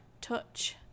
Touch